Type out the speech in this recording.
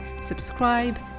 subscribe